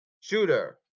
Shooter